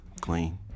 clean